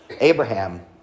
Abraham